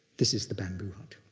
this is the bamboo hut.